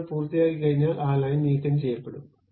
നിങ്ങൾ പൂർത്തിയാക്കിക്കഴിഞ്ഞാൽ ആ ലൈൻ നീക്കംചെയ്യപ്പെടും